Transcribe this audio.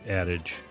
adage